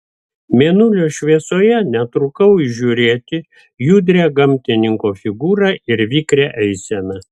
mėnulio šviesoje netrukau įžiūrėti judrią gamtininko figūrą ir vikrią eiseną